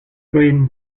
green